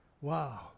Wow